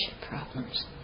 problems